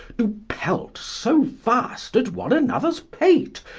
doe pelt so fast at one anothers pate,